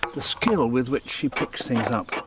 the skill with which she picks things up.